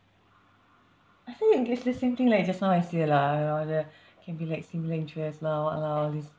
I think again it's the same like just now I say lah all the can be like similar interest lah what lah all these